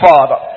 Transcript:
Father